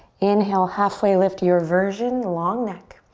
inhale, halfway lift, your version. long neck.